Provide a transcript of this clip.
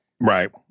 right